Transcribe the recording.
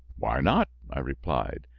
why not, i replied,